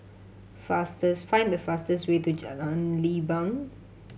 fastest find the fastest way to Jalan Leban